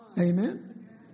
Amen